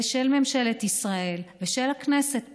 של ממשלת ישראל ושל הכנסת פה,